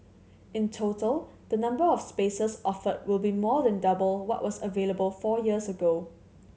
in total the number of spaces offered will be more than double what was available four years ago